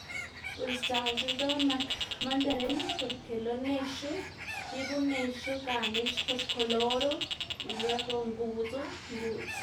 guꞌn sdzaꞌlc̲h̲a ldoꞌná nak mandarind, porque lo nexu tibu nexu gana por xkoloro y luego nguꞌdzu, nguꞌdz